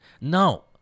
No